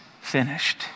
finished